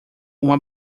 uma